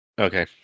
Okay